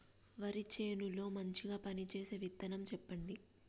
వరి చేను లో మంచిగా పనిచేసే విత్తనం చెప్పండి?